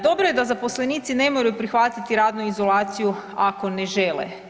Dobro je da zaposlenici ne moraju prihvatiti radnu izolaciju ako ne žele.